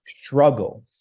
struggle